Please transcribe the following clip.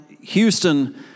Houston